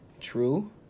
True